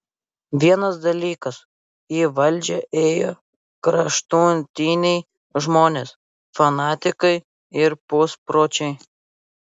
vienas dalykas į valdžią ėjo kraštutiniai žmonės fanatikai ir puspročiai